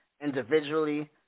individually